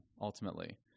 ultimately